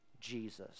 Jesus